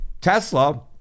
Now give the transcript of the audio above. Tesla